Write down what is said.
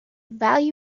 value